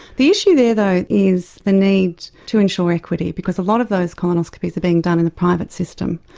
the issue there though is the need to ensure equity, because a lot of those colonoscopies are being done in the private system.